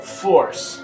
force